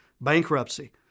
bankruptcy